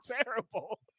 terrible